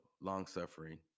long-suffering